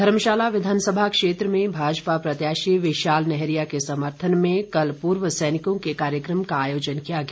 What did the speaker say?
धर्मशाला विधानसभा क्षेत्र में भाजपा प्रत्याशी विशाल नैहरिया के समर्थन में कल पूर्व सैनिकों के कार्यक्रम का आयोजन किया गया